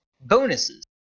bonuses